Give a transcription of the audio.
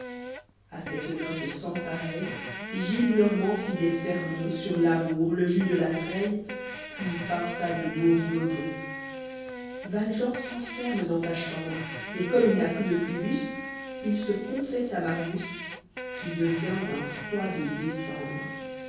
a cette noce sans pareille gillenormand fit des sermons sur l'amour le jus de la treille puis pinça de beaux rigodons valjean s'enferme dans sa chambre et comme il n'a plus de quibus il se confesse à marius qui devient d'un froid de décembre